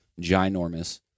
ginormous